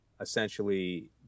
essentially